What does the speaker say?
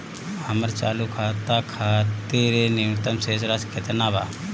हमर चालू खाता खातिर न्यूनतम शेष राशि केतना बा?